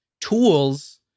Tools